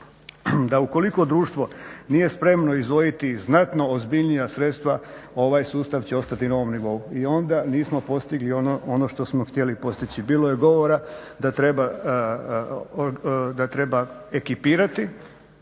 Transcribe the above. da ukoliko društvo nije spremno izdvojiti znatno ozbiljnija sredstva ovaj sustav će ostati na ovom nivou. I onda nismo postigli ono što smo htjeli postići. Bilo je govora da treba ekipirati